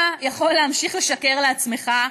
אתה יכול להמשיך לשקר לעצמך,